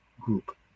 group